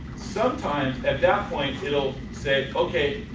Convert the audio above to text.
sometimes, at that point, it will say okay,